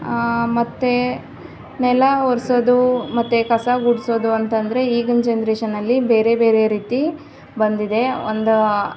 ಮತ್ತು ನೆಲ ಒರೆಸೋದು ಮತ್ತು ಕಸ ಗುಡಿಸೋದು ಅಂತ ಅಂದ್ರೆ ಈಗಿನ ಜನ್ರೇಷನಲ್ಲಿ ಬೇರೆ ಬೇರೆ ರೀತಿ ಬಂದಿದೆ ಒಂದೂ